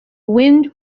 wind